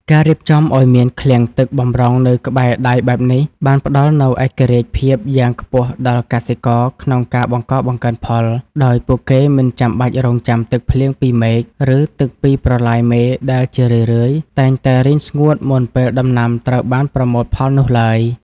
ការរៀបចំឱ្យមានឃ្លាំងទឹកបម្រុងនៅក្បែរដៃបែបនេះ បានផ្តល់នូវឯករាជ្យភាពយ៉ាងខ្ពស់ដល់កសិករក្នុងការបង្កបង្កើនផល ដោយពួកគេមិនចាំបាច់រង់ចាំទឹកភ្លៀងពីមេឃ ឬទឹកពីប្រឡាយមេដែលជារឿយៗតែងតែរីងស្ងួតមុនពេលដំណាំត្រូវបានប្រមូលផលនោះឡើយ។